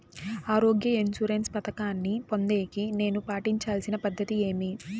ఆరోగ్య ఇన్సూరెన్సు పథకాన్ని పొందేకి నేను పాటించాల్సిన పద్ధతి ఏమి?